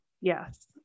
yes